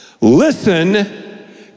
Listen